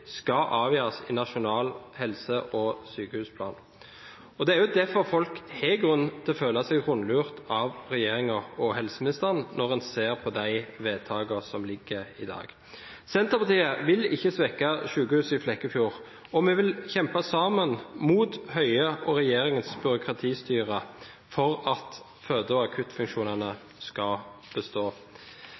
skal avgjøres i nasjonal helse- og sykehusplan. Det er jo derfor folk har grunn til å føle seg rundlurt av regjeringen og helseministeren når en ser på de vedtakene som ligger i dag. Senterpartiet vil ikke svekke sykehuset i Flekkefjord, og vi vil kjempe sammen mot Høies og regjeringens byråkratistyre for at føde- og akuttfunksjonene skal bestå.